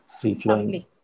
free-flowing